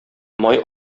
май